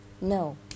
no